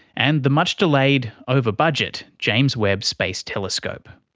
and the much delayed, over-budget james webb space telescope.